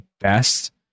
best